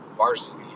varsity